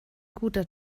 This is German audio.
guter